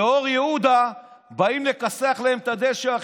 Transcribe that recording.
החבר'ה מאור יהודה באים לכסח להם את הדשא,